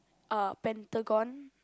uh Pentagon